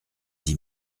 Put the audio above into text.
dix